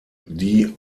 die